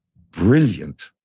brilliant